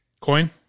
Coin